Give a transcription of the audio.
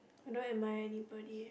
I don't admire anybody